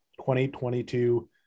2022